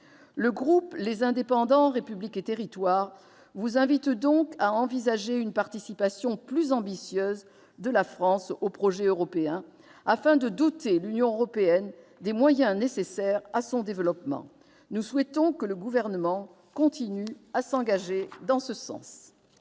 Le groupe Les Indépendants - République et Territoires vous invite donc à envisager une participation plus ambitieuse de la France au projet européen, afin de doter l'Union européenne des moyens nécessaires à son développement. Nous souhaitons que le Gouvernement poursuive son engagement en ce sens.